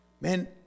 Man